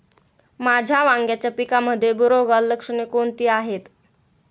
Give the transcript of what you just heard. माझ्या वांग्याच्या पिकामध्ये बुरोगाल लक्षणे कोणती आहेत?